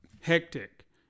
hectic